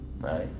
right